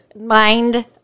mind